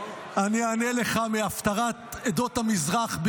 אני אענה לך מהפטרת עדות המזרח,